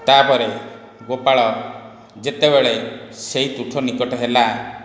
ତା'ପରେ ଗୋପାଳ ଯେତେବେଳେ ସେହି ତୁଠ ନିକଟ ହେଲା